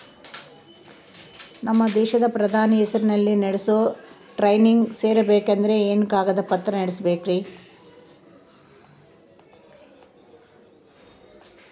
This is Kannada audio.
ನಮ್ಮ ದೇಶದ ಪ್ರಧಾನಿ ಹೆಸರಲ್ಲಿ ನಡೆಸೋ ಟ್ರೈನಿಂಗ್ ಸೇರಬೇಕಂದರೆ ಏನೇನು ಕಾಗದ ಪತ್ರ ನೇಡಬೇಕ್ರಿ?